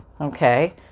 Okay